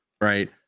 right